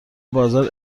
بازار